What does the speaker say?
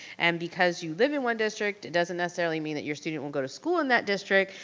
and because you live in one district, it doesn't necessarily mean that your student will go to school in that district,